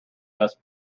best